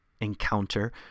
encounter